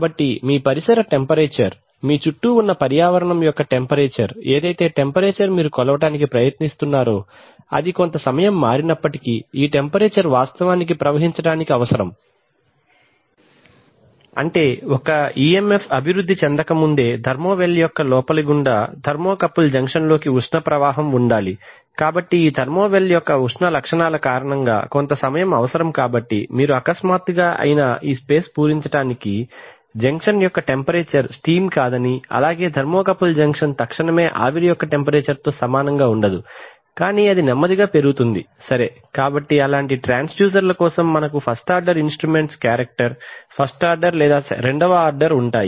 కాబట్టి మీ పరిసర టెంపరేచర్ మీ చుట్టూ ఉన్న పర్యావరణం యొక్క టెంపరేచర్ ఏదైతే టెంపరేచర్ మీరు కొలవడానికి ప్రయత్నిస్తున్నారో అది కొంత సమయం మారినప్పటికీ ఈ టెంపరేచర్ వాస్తవానికి ప్రవహించడానికి అవసరం అంటే ఒక ఈఎంఎఫ్ అభివృద్ధి చెందకముందే థర్మోవెల్ యొక్క లోపలి గుండా థర్మోకపుల్ జంక్షన్లోకి ఉష్ణ ప్రవాహం ఉండాలి కాబట్టి ఈ థర్మో వెల్ యొక్క ఉష్ణ లక్షణాల కారణంగా కొంత సమయం అవసరం కాబట్టి మీరు అకస్మాత్తుగా అయినా ఈ స్పేస్ పూరించడానికి జంక్షన్ యొక్క టెంపరేచర్ స్టీమ్ కాదని అలాగే థర్మోకపుల్ జంక్షన్ తక్షణమే ఆవిరి యొక్క టెంపరేచర్ తో సమానంగా ఉండదు కానీ అది నెమ్మదిగా పెరుగుతుంది సరే కాబట్టి అలాంటి ట్రాన్స్డ్యూసర్ల కోసం మనకు first order instrument character first order లేదా రెండవ ఆర్డర్ ఉంటాయి